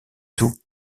tout